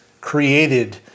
created